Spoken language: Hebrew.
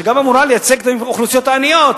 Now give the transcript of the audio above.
שגם אמורה לייצג את האוכלוסיות העניות,